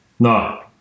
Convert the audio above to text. No